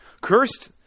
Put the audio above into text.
Cursed